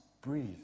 breathe